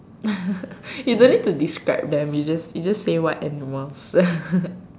you don't need to describe them you just you just say what animals